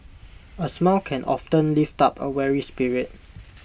A smile can often lift up A weary spirit